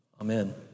Amen